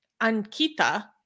Ankita